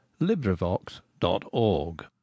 Librivox.org